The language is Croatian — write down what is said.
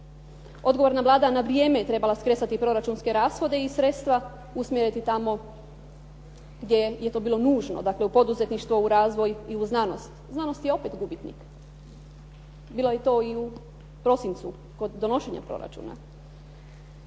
Odgovorna Vlada je na vrijeme trebala skresati proračunske rashode i sredstva usmjeriti tamo gdje je to bilo nužno, dakle, u poduzetništvo, u razvoj i u znanost. Znanost je opet gubitnik. Bilo je to i u prosincu, kod donošenja proračuna.